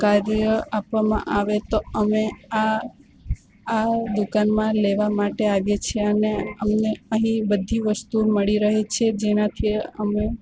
કાર્ય આપવામાં આવે તો અમે આ આ દુકાનમાં લેવા માટે આવીએ છીએ અને અમને અહીં બધી વસ્તુ મળી રહે છે જેનાથી અમે